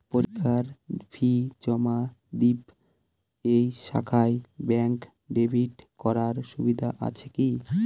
পরীক্ষার ফি জমা দিব এই শাখায় ব্যাংক ড্রাফট করার সুবিধা আছে কি?